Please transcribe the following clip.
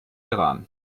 iran